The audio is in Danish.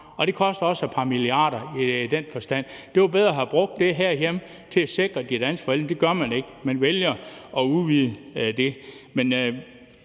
Det koster også et par milliarder i den forstand. Det var bedre at have brugt det herhjemme til at sikre de danske forældre. Det gør man ikke; man vælger at udvide det.